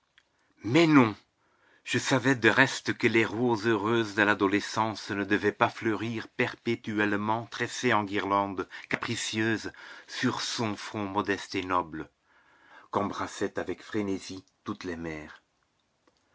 mais non je savais de reste que les roses heureuses de l'adolescence ne devaient pas fleurir perpétuellement tressées en guirlandes capricieuses sur son front modeste et noble qu'embrassaient avec frénésie toutes les mères